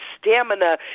stamina